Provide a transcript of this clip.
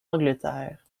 angleterre